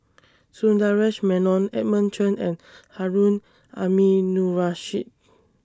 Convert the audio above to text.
Sundaresh Menon Edmund Chen and Harun Aminurrashid